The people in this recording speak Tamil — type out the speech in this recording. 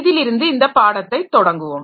இதிலிருந்து இந்த பாடத்தை தொடங்குவோம்